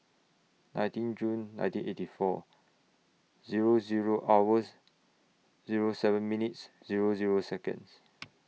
nineteen June nineteen eighty four Zero Zero hours Zero seven minutes Zero Zero Seconds